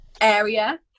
area